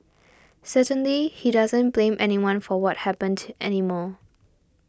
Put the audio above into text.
certainly he doesn't blame anyone for what happened to anymore